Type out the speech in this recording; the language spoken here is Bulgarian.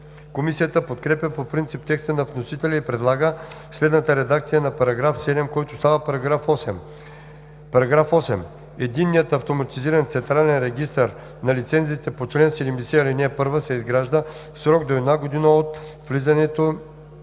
Комисията подкрепя по принцип текста на вносителя и предлага следната редакция на § 7, който става § 8. „§ 8. Единният автоматизиран централизиран регистър на лицензите по чл. 70, ал. 1 се изгражда в срок до една година от влизането